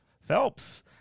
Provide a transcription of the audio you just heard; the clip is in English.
phelps